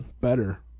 better